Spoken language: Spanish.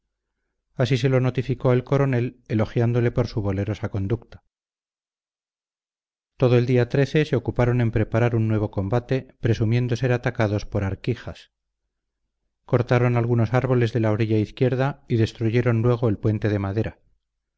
así se lo notificó el coronel elogiándole por su valerosa conducta todo el día se ocuparon en preparar un nuevo combate presumiendo ser atacados por arquijas cortaron algunos árboles de la orilla izquierda y destruyeron luego el puente de madera